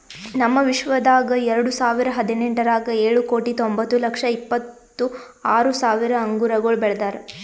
ನಮ್ ವಿಶ್ವದಾಗ್ ಎರಡು ಸಾವಿರ ಹದಿನೆಂಟರಾಗ್ ಏಳು ಕೋಟಿ ತೊಂಬತ್ತು ಲಕ್ಷ ಇಪ್ಪತ್ತು ಆರು ಸಾವಿರ ಅಂಗುರಗೊಳ್ ಬೆಳದಾರ್